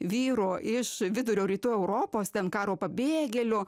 vyrų iš vidurio rytų europos ten karo pabėgėlių